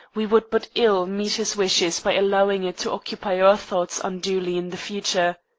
we would but ill meet his wishes by allowing it to occupy our thoughts unduly in the future.